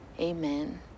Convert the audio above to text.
amen